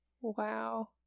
Wow